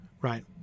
right